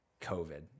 COVID